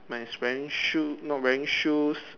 my is wearing shoe not wearing shoes